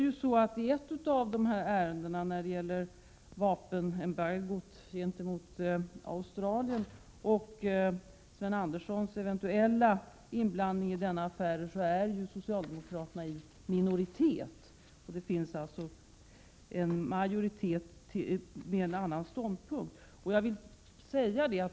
När det gäller vapenembargot gentemot Australien och Sven Anderssons eventuella inblandning i denna affär befinner sig ju socialdemokraterna i minoritet. Det föreligger alltså en majoritet som intar en annan ståndpunkt.